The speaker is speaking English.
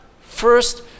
first